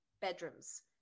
bedrooms